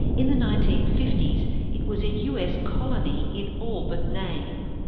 in the nineteen fifty s it was a us colony in all but name.